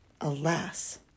Alas